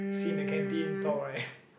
sit in the canteen talk right